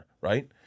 right